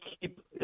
keep –